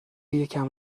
یکم